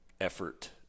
effort